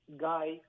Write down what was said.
guy